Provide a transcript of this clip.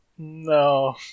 No